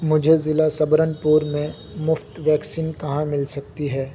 مجھے ضلع سبرن پور میں مفت ویکسین کہاں مل سکتی ہے